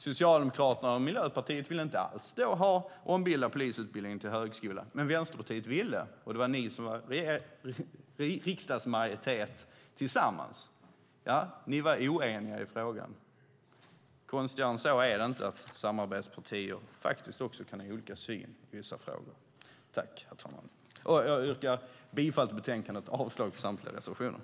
Socialdemokraterna och Miljöpartiet ville inte alls ombilda polisutbildningen till högskoleutbildning, men Vänsterpartiet ville det - och tillsammans utgjorde ni riksdagsmajoritet. Ni var oeniga i frågan. Konstigare är det inte. Samarbetspartier kan ha olika syn i vissa frågor. Herr talman! Jag yrkar bifall till förslaget i betänkandet och avslag på samtliga reservationer.